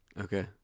Okay